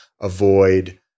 avoid